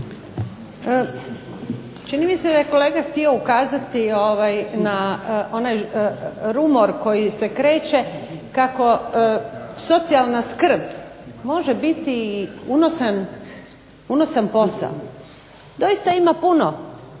Čini mi se da je kolega htio ukazati na onaj rumor koji se kreće kako socijalna skrb može biti i unosan posao. Doista ima puno